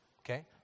Okay